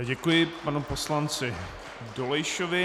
Děkuji panu poslanci Dolejšovi.